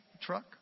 truck